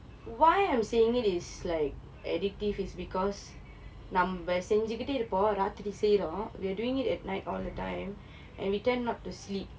why I'm saying it is like addictive is because நம்ம செஞ்சிக்கிட்டே இருப்போம் ராத்திரி செய்றோம்:namma senchikkite iruppom raathiri seiroam we are doing it at night all the time and we tend not to sleep